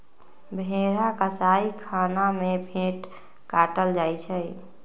भेड़ा कसाइ खना में भेड़ काटल जाइ छइ